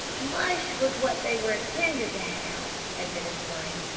mush was what they were intended to have, admitted flame.